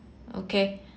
okay